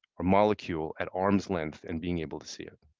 molecule at arm length, and being able to see it.